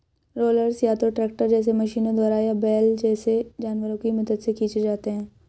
rollers या तो tractor जैसे मशीनों द्वारा या बैल जैसे जानवरों की मदद से खींचे जाते हैं